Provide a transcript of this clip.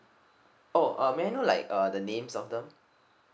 oh uh may I know like uh the names of them